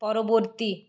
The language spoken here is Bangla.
পরবর্তী